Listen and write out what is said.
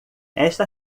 esta